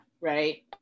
right